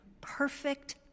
perfect